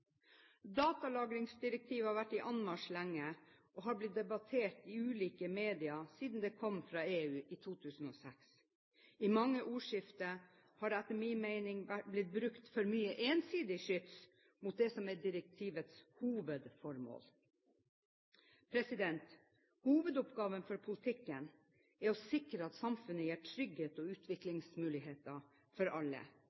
Datalagringsdirektivet har vært i anmarsj lenge og har blitt debattert i ulike medier siden det kom fra EU i 2006. I mange ordskifter har det etter min mening blitt brukt for mye ensidig skyts mot det som er direktivets hovedformål. Hovedoppgaven for politikken er å sikre at samfunnet gir trygghet og